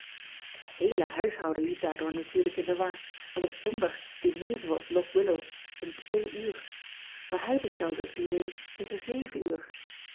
et heele huishouden liep daardoor natuurlijk in de war want op ondag dineeren we op ock illow om ean ebster adertje angbeen twee uur maar hij bestelde het diner tegen uur